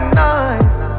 nice